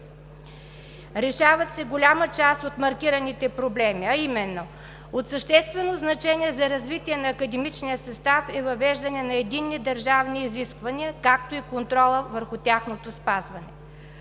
Решават се голяма част от маркираните проблеми, а именно: от съществено значение за развитие на академичния състав е въвеждане на единни държавни изисквания, както и контролът върху тяхното спазване.